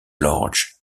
large